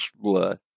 blood